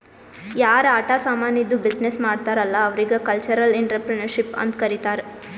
ಯಾರ್ ಆಟ ಸಾಮಾನಿದ್ದು ಬಿಸಿನ್ನೆಸ್ ಮಾಡ್ತಾರ್ ಅಲ್ಲಾ ಅವ್ರಿಗ ಕಲ್ಚರಲ್ ಇಂಟ್ರಪ್ರಿನರ್ಶಿಪ್ ಅಂತ್ ಕರಿತಾರ್